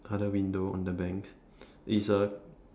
other window on the bank it's a